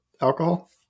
alcohol